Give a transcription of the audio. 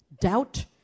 doubt